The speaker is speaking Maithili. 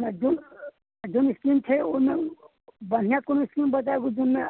नहि जोन आ जोन स्कीम छै ओइमे बढ़ियआँ कोनो स्कीम बतायब जाहिमे